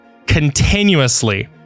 Continuously